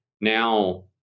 now